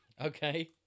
Okay